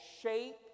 shape